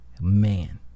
Man